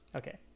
Okay